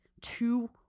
two